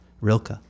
Rilke